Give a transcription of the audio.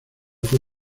fue